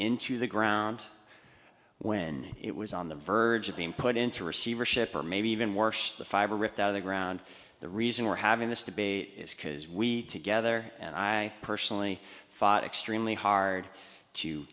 into the ground when it was on the verge of being put into receivership or maybe even worse the fiber ripped out of the ground the reason we're having this debate is because we together and i personally fought extremely hard to